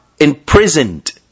imprisoned